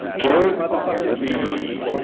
gary-mother-fuckin-vee.